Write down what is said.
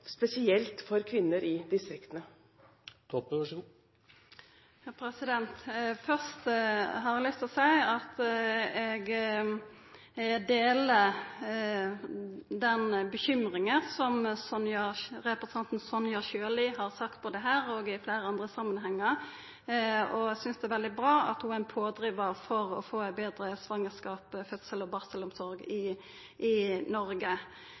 spesielt for kvinner i distriktene? Først har eg lyst til å seia at eg deler den bekymringa som representanten Sonja Irene Sjøli har uttrykt både her og i fleire andre samanhengar, og synest det er veldig bra at ho er ein pådrivar for å få ei betre svangerskaps-, fødsels- og barselomsorg i